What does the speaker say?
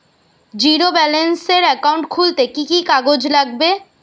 Zero ব্যালেন্সের account খুলতে কি কি কাগজ লাগবে?